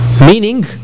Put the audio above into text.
Meaning